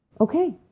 okay